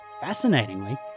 Fascinatingly